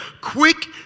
quick